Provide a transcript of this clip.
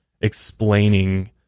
explaining